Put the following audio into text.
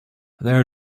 their